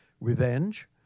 revenge